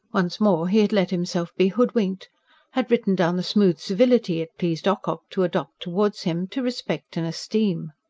once more he had let himself be hoodwinked had written down the smooth civility it pleased ocock to adopt towards him to respect and esteem.